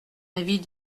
avis